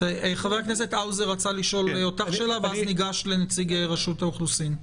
חבר הכנסת האוזר רצה לשאול אותך שאלה ואז ניגש לנציג רשות האוכלוסין.